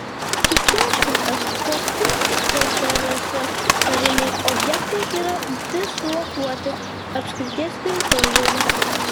išsiaiškinti kokie ssrs kariniai objektai yra dislokuoti apskrities teritorijoje